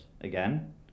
again